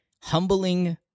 humbling